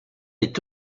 est